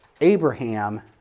Abraham